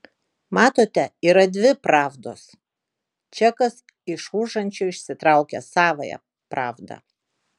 matote yra dvi pravdos čekas iš užančio išsitraukia savąją pravdą